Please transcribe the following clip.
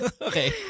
Okay